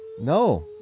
No